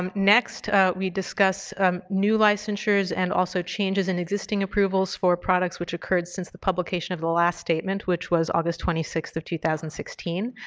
um next we discussed new licensures and also changes in existing approvals for products which occurred since the publication of the last statement, which was august twenty sixth of two thousand and sixteen.